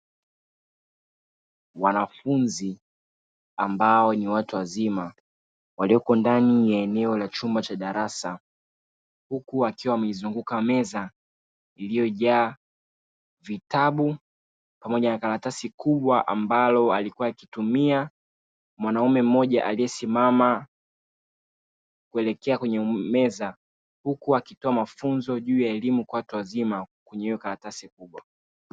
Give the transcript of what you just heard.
Wanafunzi ambao ni watu wazima walioko ndani ya eneo la chumba cha darasa, huku wakiwa wameizunguka meza iliyojaa vitabu pamoja na karatasi kubwa ambalo alikuwa akitumia mwanaume mmoja aliyesimama kuelekea kwenye meza huku akitoa mafunzo juu ya elimu ya watu wazima kwenye hiyo karatasi kubwa.